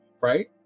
right